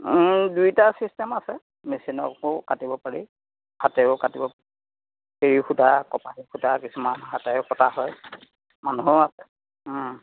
দুইটা ছিষ্টেম আছে মেচিনতো কাটিব পাৰি হাতেৰেও কাটিব এৰী সূতা কপাহী সূতা কিছুমান হাতেৰেও কটা হয় মানুহো আছে